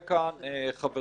כשהציעה כאן חברתי,